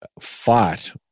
fought